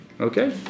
Okay